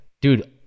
Dude